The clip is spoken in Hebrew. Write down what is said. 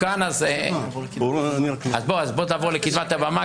סיון שחר, ראש חוליית חסרי יש"ע קטינים.